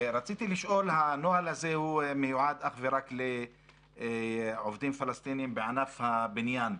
הנוהל הזה מיועד אך ורק לעובדים פלסטינים בענף הבניין,